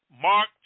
Mark